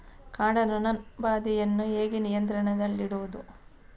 ಕಾಂಡ ನೊಣ ಬಾಧೆಯನ್ನು ಹೇಗೆ ನಿಯಂತ್ರಣದಲ್ಲಿಡುವುದು?